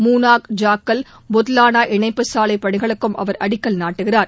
மூனாக் ஜாக்கால் புதலானா இணைப்புச்சாலை பணிகளுக்கும் அவர் அடிக்கல் நாட்டுகிறார்